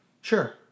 Sure